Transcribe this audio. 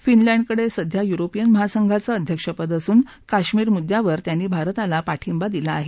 फिनलँडकडे सध्या युरोपियन महासंघाचं अध्यक्षपद असून काश्मीर मुद्यांवर त्यांनी भारताला पाठिंबा दिला आहे